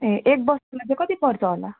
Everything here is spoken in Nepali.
ए एक बस्तालाई चाहिँ कति पर्छ होला